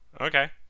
okay